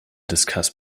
discuss